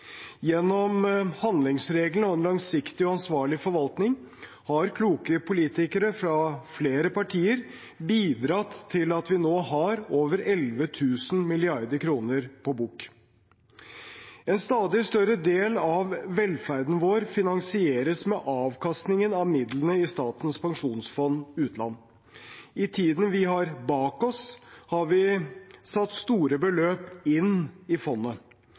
Gjennom handlingsregelen og en langsiktig og ansvarlig forvaltning har kloke politikere fra flere partier bidratt til at vi nå har over 11 000 mrd. kr på bok. En stadig større del av velferden vår finansieres med avkastningen av midlene i Statens pensjonsfond utland. I tiden vi har bak oss, har vi satt store beløp inn i fondet.